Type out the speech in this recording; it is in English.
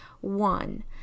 One